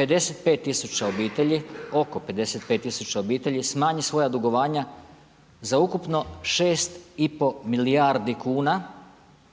55 tisuća obitelji, oko 55 tisuća obitelji smanji svoja dugovanja za ukupno 6,5 milijardi kuna